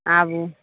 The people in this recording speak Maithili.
आबू